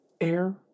Air